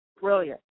brilliant